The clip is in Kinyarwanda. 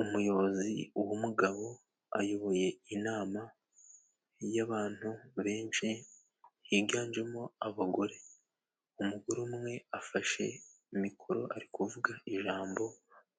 Umuyobozi w'umugabo ayoboye inama y'abantu benshi higanjemo abagore. Umugore umwe afashe mikoro ari kuvuga ijambo,